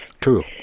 True